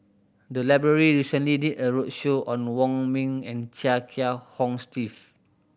the library recently did a roadshow on Wong Ming and Chia Kiah Hong Steve